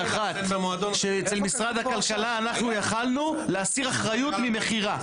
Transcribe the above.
היא אחת: שאצל משרד הכלכלה אנחנו יכולנו להסיר אחריות ממכירה.